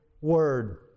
Word